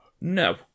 No